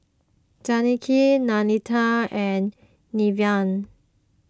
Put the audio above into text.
Zackery Nanette and Neveah